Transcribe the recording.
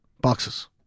Boxes